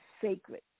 sacred